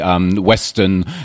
western